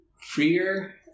freer